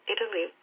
Italy